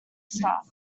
staff